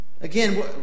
Again